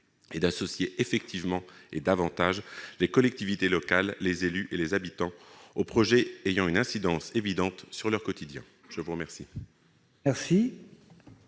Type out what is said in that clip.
et d'associer effectivement et davantage les collectivités locales, les élus et les habitants aux projets ayant une incidence évidente sur leur quotidien. La parole